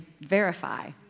verify